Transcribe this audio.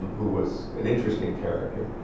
who was an interesting character.